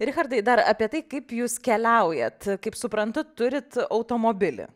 richardai dar apie tai kaip jūs keliaujat kaip suprantu turit automobilį